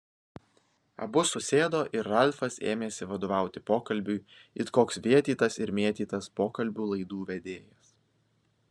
abu susėdo ir ralfas ėmėsi vadovauti pokalbiui it koks vėtytas ir mėtytas pokalbių laidų vedėjas